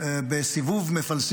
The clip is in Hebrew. בסיבוב מפלסים,